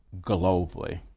globally